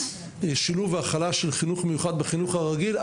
שילוב והכלה של חינוך מיוחד בחינוך הרגיל,